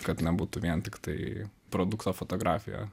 kad nebūtų vien tiktai produkto fotografija